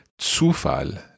Zufall